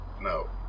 no